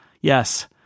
Yes